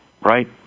Right